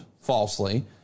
falsely